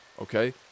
Okay